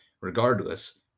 regardless